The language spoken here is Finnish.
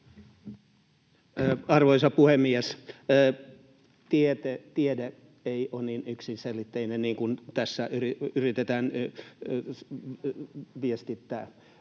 Arvoisa puhemies! Tiede ei ole niin yksiselitteinen kuin tässä yritetään viestittää.